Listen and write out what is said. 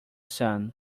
sun